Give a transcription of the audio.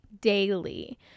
daily